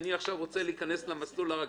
עכשיו אני רוצה להיכנס למסלול הרגיל,